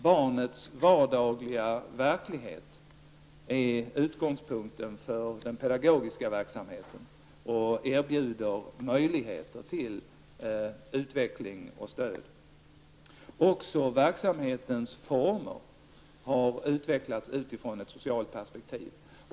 Barnets vardagliga verklighet är utgångspunkten för den pedagogiska verksamheten och erbjuder möjligheter till utveckling och stöd. Även verksamhetens former har utvecklats utifrån ett socialt perspektiv.